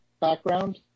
background